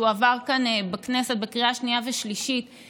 שהועבר כאן בכנסת בקריאה שנייה ושלישית,